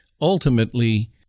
ultimately